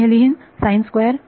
मी हे लिहीन असे बरोबर